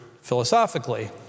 philosophically